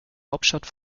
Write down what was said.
hauptstadt